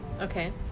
Okay